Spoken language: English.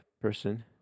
person